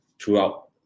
throughout